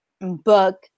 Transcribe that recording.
book